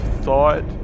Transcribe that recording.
thought